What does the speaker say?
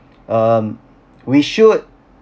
um we should